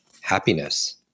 happiness